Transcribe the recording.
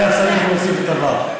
היה צריך להוסיף את הוי"ו.